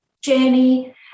journey